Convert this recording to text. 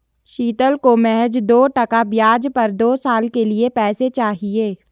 शीतल को महज दो टका ब्याज पर दो साल के लिए पैसे चाहिए